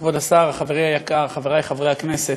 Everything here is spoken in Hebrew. תודה, כבוד השר, חברי היקר, חברי חברי הכנסת,